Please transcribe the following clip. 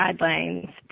guidelines